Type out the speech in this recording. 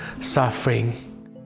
suffering